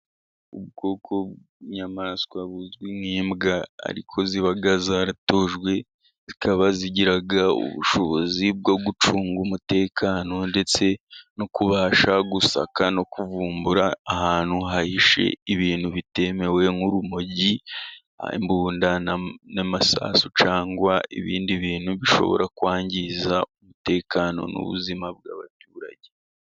Ubwoko bw'inyamaswa buzwi nk'imbwa ariko ziba zaratojwe, zikaba zigira ubushobozi bwo gucunga umutekano ndetse no kubasha gusaka, no kuvumbura ahantu hahishe ibintu bitemewe nk'urumogi, imbunda n'amasasu cyangwa ibindi bintu bishobora kwangiza umutekano n'ubuzima bw'abaturage.